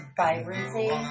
vibrancy